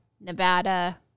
Nevada